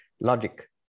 Logic